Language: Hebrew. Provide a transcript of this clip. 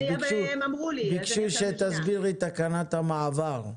ביקשו שתסבירי את תקנת המעבר.